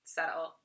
Settle